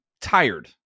tired